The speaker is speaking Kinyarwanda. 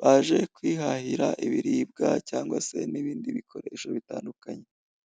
baje kwihahira ibiribwa cyangwa se n'ibindi bikoresho bitandukanye.